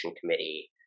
committee